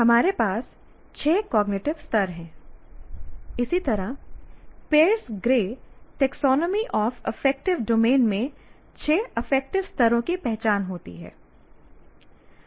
हमारे पास छह कॉग्निटिव स्तर हैं इसी तरह Pierce Gray taxonomy of affective domain में छह अफेक्टिव स्तरों की पहचान होती है